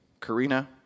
Karina